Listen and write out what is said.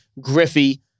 Griffey